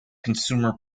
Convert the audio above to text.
consumer